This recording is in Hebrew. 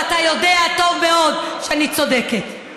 ואתה יודע טוב מאוד שאני צודקת.